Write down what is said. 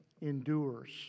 endures